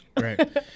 Right